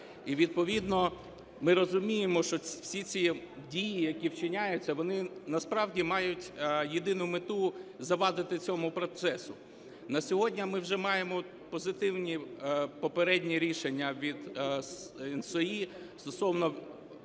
відповідно ми розуміємо, що всі ці дії, які вчиняються, вони насправді мають єдину мету – завадити цьому процесу. На сьогодні ми вже маємо позитивні попередні рішення від ENTSO-E стосовно